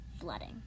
flooding